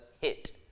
hit